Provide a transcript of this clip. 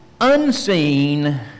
unseen